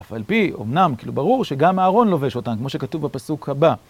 אף על פי, אמנם, כאילו ברור, שגם אהרון לובש אותן, כמו שכתוב בפסוק הבא.